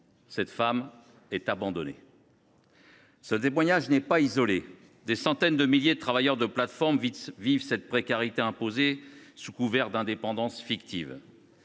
cette femme est abandonnée. Ce témoignage n’est pas isolé. Des centaines de milliers de travailleurs de plateformes vivent cette précarité imposée sous couvert d’indépendance fictive.